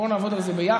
בוא נעבוד על זה ביחד.